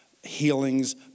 healings